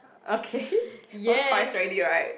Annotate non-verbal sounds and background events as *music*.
okay *laughs* no choice already right